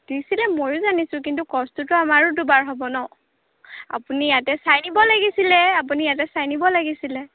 দিছিলে মইয়ো জানিছোঁ কিন্তু কষ্টটোতো আমাৰো দুবাৰ হ'ব নহ্ আপুনি ইয়াতে চাই নিব লাগিছিলে আপুনি ইয়াতে চাই নিব লাগিছিলে